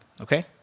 okay